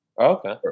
Okay